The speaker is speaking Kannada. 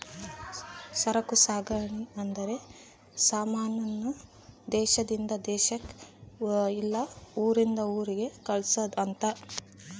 ಸರಕು ಸಾಗಣೆ ಅಂದ್ರೆ ಸಮಾನ ನ ದೇಶಾದಿಂದ ದೇಶಕ್ ಇಲ್ಲ ಊರಿಂದ ಊರಿಗೆ ಕಳ್ಸದ್ ಅಂತ